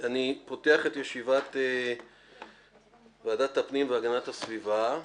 אני פותח את ישיבת ועדת הפנים והגנת הסביבה.